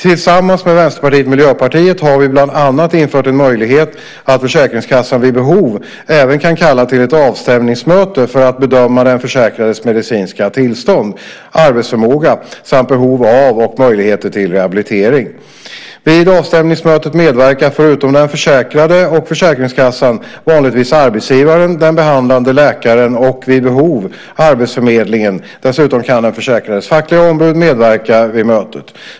Tillsammans med Vänsterpartiet och Miljöpartiet har vi bland annat infört en möjlighet att Försäkringskassan vid behov även kan kalla till ett avstämningsmöte för att bedöma den försäkrades medicinska tillstånd, arbetsförmåga samt behov av och möjligheter till rehabilitering. Vid avstämningsmötet medverkar, förutom den försäkrade och Försäkringskassan, vanligtvis arbetsgivaren, den behandlande läkaren och, vid behov, arbetsförmedlingen. Dessutom kan den försäkrades fackliga ombud medverka vid mötet.